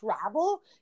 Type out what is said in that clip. travel